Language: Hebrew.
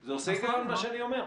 זה עושה הגיון מה שאני אומר?